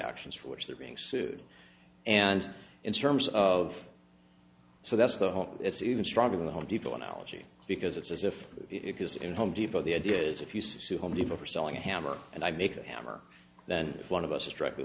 actions for which they're being sued and in terms of so that's the whole it's even stronger than the home depot analogy because it's as if it is in home depot the idea is if you sue home depot for selling a hammer and i make a hammer then if one of us directly